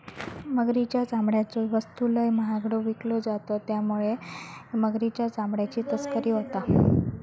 मगरीच्या चामड्याच्यो वस्तू लय महागड्यो विकल्यो जातत त्यामुळे मगरीच्या चामड्याची तस्करी होता